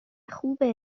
خوبه